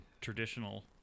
traditional